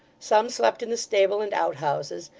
some slept in the stable and outhouses,